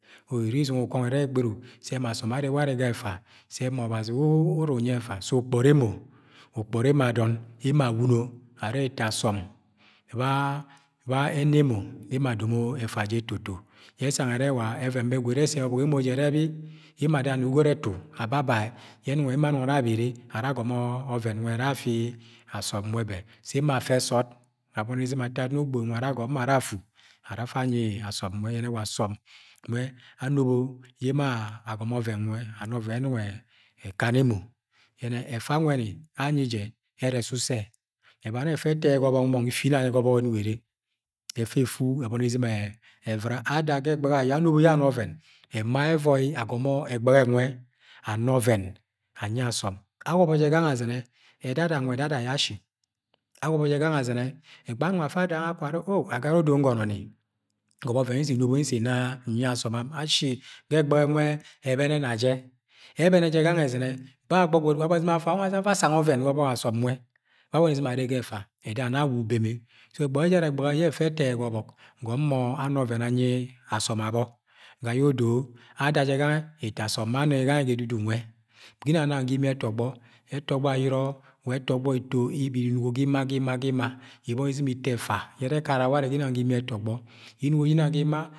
O! iri isɨ̃ngẹ ukọngọ gberuk sẹ ma asom wa anre warẹ ga ẹfa sẹ ma ọbazi we, uru unyi efa sẹ ma ọbazi wẹ uru unyi ẹfa se ukpọri emo, ukpọri emo adọn emo awuno arẹ eto asom bẹ ana emo adomo ẹfa jẹ etoto. yẹ esang ẹnẹ wa ọvẹn bẹ quid yẹ esega ọbok. Emo je ẹbi, emo ada na ugot etu ababa ẹ yẹ enong emo anong ara abere ara agomo ọvẹn nwe ara afi asọm nwẹ bẹ. Bẹ emo afẹ sọọd abọni izɨ̃m ato adon ogbogboi ara agom mọ arra afu ara afa anyi asọm nwe yẹnẹ wa asọm nwe anobo ye emo agomo oven nwe ana ọven yẹ enong ekang emo esuse ebani ẹfe ẹto yẹ ga obok mong ifinang yẹ ga obok enong ere ese efu ẹboni izɨ̃m evra Ada ga egbeghe ayo ema yẹ eusi ye ama ọvẹn, ema yẹ ẹvọi agọmọ ẹgbẹgho nwe ana oven anyi asọm awọbọ jẹ gangẹ azɨ̃ne, edada nwẹ edade ayo asi awọbọ jẹ gangẹ azɨ̃nẹ wa egbeghẹ anong afa ada gange akong arẹ o! Agere odo ngononi n gọbọ ọven yẹ enobo yẹ nsi inna nyi asomam ashi ga egbẹghe nwe ẹbeneni aje. Ẹ bẹne jẹ gangẹ ẹzɨ̃m afu anwẹ ye afa asang ọvẹn ga ọbọk asom nwe bẹ abọni izɨ̃m arre ga efa eda na awa ubeme so ẹgbeghe ejare egbeghẹ yẹ efa eta yẹ ga obok gom mo ana ọvẹn anyi asom abo ga ye odo ada gange eto asombẹ anoyẹ gange eto asombẹ anoye gange ga edudu nwe ginang ga imi etọg bọ etọgbọ eto inugo ga ima ga ima ibọni izɨ̃m ito efa yẹ erẹ ekarare ware ginana ga imi etogbọ ye inugo jẹ ginang ga ima.